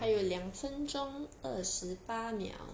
还有两分钟二十八秒